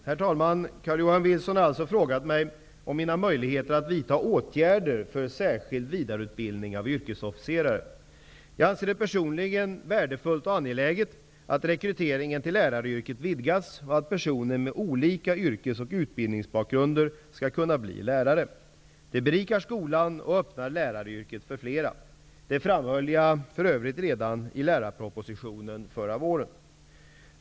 Herr talman! Carl-Johan Wilson har frågat mig om mina möjligheter att vidta åtgärder för särskild vidareutbildning av yrkesofficerare. Jag anser det personligen värdefullt och angeläget att rekryteringen till läraryrket vidgas och att personer med olika yrkes och utbildningsbakgrunder skall kunna bli lärare. Det berikar skolan och öppnar läraryrket för fler. Detta framhöll jag för övrigt redan i lärarpropositionen förra våren.